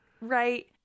Right